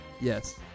Yes